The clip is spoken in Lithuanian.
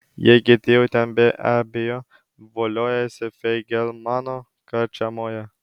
jie girti jau ten be abejo voliojasi feigelmano karčiamoje